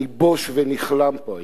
אני בוש ונכלם פה היום.